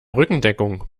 rückendeckung